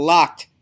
Locked